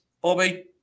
Bobby